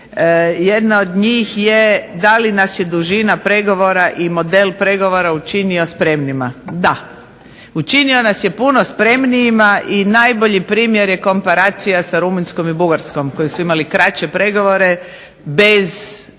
Jedna od njih je da li nas je dužina pregovora i model pregovora učinio spremnima? Da. Učinio nas je puno spremnijima i najbolji primjer je komparacija sa Rumunjskom i Bugarskom koji su imali kraće pregovore bez